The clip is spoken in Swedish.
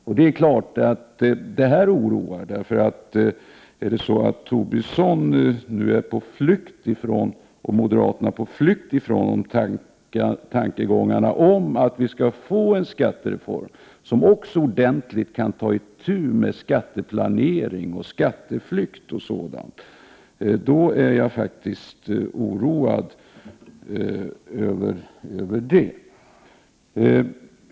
Om Lars Tobisson och moderaterna nu är på flykt från tankarna på att vi skall få en skattereform som också ordentligt kan ta itu med skatteplanering och skatteflykt, då är jag faktiskt oroad.